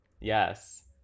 Yes